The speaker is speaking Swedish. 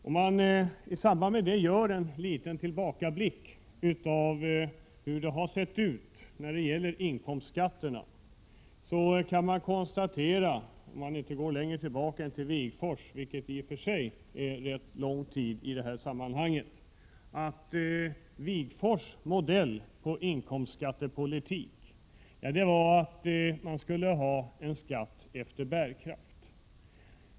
Om man i gör en liten tillbakablick på hur det har sett ut när det gäller inkomstskatterna kan man konstatera t.ex. att Wigforss modell på inkomstskattepolitik var att man skulle ha en skatt efter bärkraft.